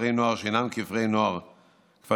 כפרי נוער שאינם כפרי נוער ממשלתיים,